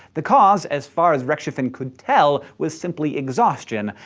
the cause, as far as rechtschaffen could tell, was simply exhaustion.